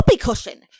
cushion